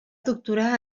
doctorar